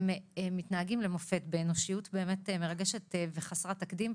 הם מתנהגים למופת, באנושיות מרגשת וחסרת תקדים.